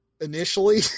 initially